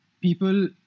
people